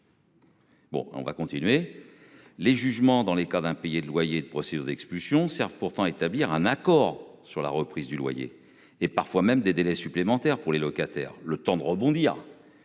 Bon on va continuer